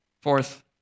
Fourth